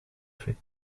fait